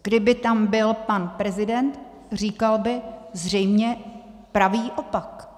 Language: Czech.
Kdyby tam byl pan prezident, říkal by zřejmě pravý opak.